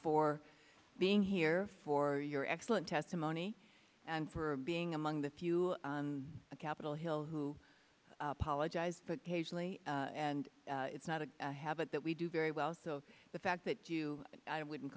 for being here for your excellent testimony and for being among the few on capitol hill who apologized but patiently and it's not a habit that we do very well so the fact that to you i wouldn't